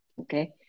Okay